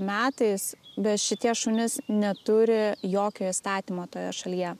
metais bet šitie šunys neturi jokio įstatymo toje šalyje